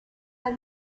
are